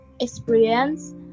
experience